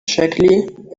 shakily